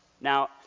Now